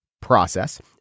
process